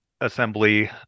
assembly